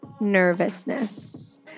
nervousness